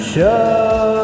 Show